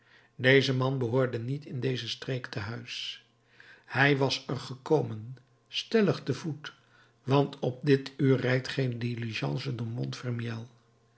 deze man behoorde niet in deze streek te huis hij was er gekomen stellig te voet want op dit uur rijdt geen diligence door